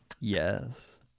Yes